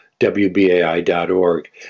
WBAI.org